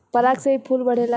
पराग से ही फूल बढ़ेला